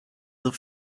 the